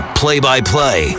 play-by-play